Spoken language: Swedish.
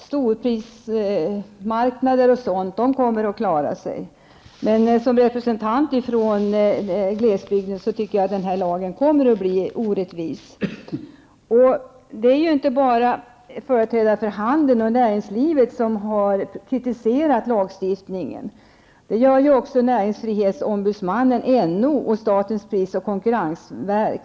Stormarknader kommer däremot att klara sig. Men som representant för glesbygden anser jag att denna lag kommer att bli orättvis. Det är inte bara företrädare för handeln och näringslivet som kritiserar denna lagstiftning. Det gör även näringsfrihetsombudsmannen, NO, och statens prisoch konkurrensverk.